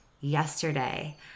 yesterday